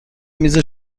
میز